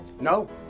No